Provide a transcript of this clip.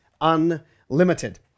Unlimited